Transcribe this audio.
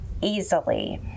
easily